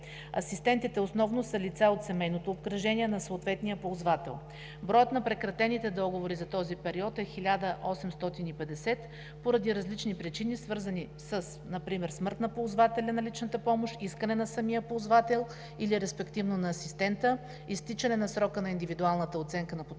Асистентите основно са лица от семейното обкръжение на съответния ползвател. Броят на прекратените договори за този период е 1850 поради различни причини, свързани например със смърт на ползвателя на личната помощ, искане на самия ползвател или респективно на асистента, изтичане на срока на индивидуалната оценка на потребностите